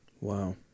wow